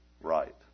right